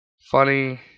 Funny